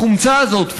החומצה הזאת,